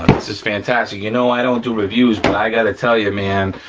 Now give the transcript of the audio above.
this is fantastic. you know i don't do reviews, but i gotta tell you man,